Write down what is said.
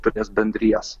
turės bendrijas